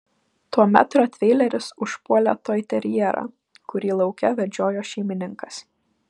tuomet rotveileris užpuolė toiterjerą kurį lauke vedžiojo šeimininkas